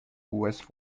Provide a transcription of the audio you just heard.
uues